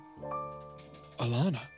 Alana